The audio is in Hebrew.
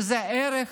ערך